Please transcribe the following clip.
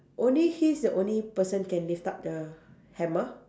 only he's the only person can lift up the hammer